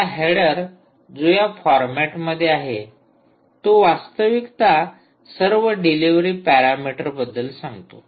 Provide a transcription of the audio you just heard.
आता हेडर जो या फॉरमॅटमध्ये आहे तो वास्तविकता सर्व डिलिव्हरी पॅरामिटर बद्दल सांगतो